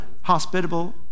hospitable